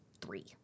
three